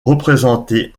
représenté